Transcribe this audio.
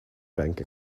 bank